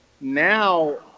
now